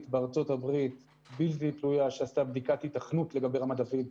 בארה"ב בלתי תלויה שעשתה בדיקת היתכנות לגבי רמת דוד.